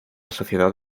sociedad